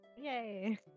Yay